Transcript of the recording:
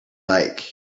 like